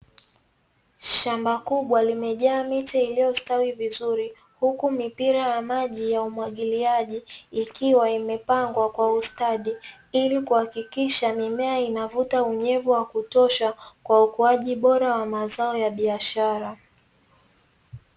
Shamba kubwa limejaa miti iliyostawi vizuri, huku mipira ya maji ya umwagiliaji ikiwa imepangwa kwa ustadi, ili kuhakikisha mimea inavuta unyevu wa kutosha kwa ukuaji bora wa mazao ya biashara.